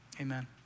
amen